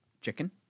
chicken